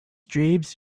dreams